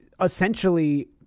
essentially